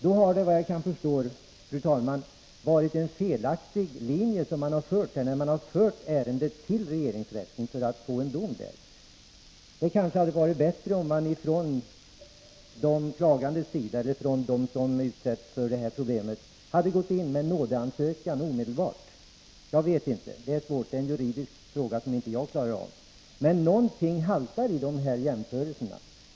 Då har man såvitt jag kan förstå, fru talman, följt en felaktig linje när man fört ärendet till regeringsrätten för att få en dom där. Det kanske hade varit bättre om de klagande eller de som nu står inför problemet omedelbart hade gått in med en nådeansökan — jag vet inte; det är en juridisk fråga, som inte jag kan bedöma. Men någonting haltar i den här jämförelsen.